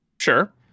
Sure